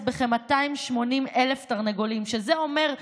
לאכלסו בכ-280,000 תרנגולים, שזה אומר,